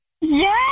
Yes